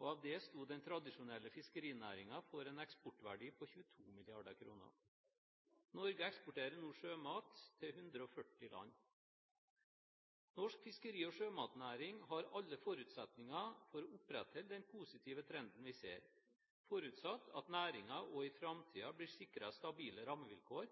og av det sto den tradisjonelle fiskerinæringen for en eksportverdi på 22 mrd. kr. Norge eksporterer nå sjømat til 140 land. Norsk fiskeri- og sjømatnæring har alle forutsetninger for å opprettholde den positive trenden vi ser, forutsatt at næringen også i framtiden blir sikret stabile rammevilkår